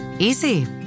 Easy